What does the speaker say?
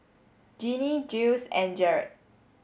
Ginny Jiles and Jarett